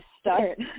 start